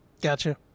Gotcha